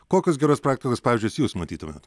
kokius geros praktikos pavyzdžius jūs matytumėt